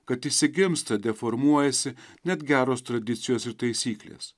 kad išsigimsta deformuojasi net geros tradicijos ir taisyklės